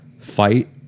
fight